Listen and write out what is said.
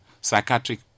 psychiatric